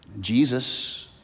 Jesus